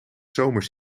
zomers